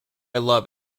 love